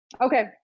Okay